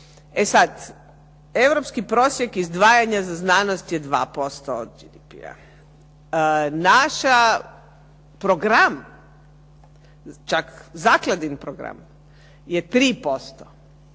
E sad, europski prosjek izdvajanja za znanost je 2% GDP-a. Naš program čak zakladin program je 3%,